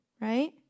right